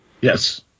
Yes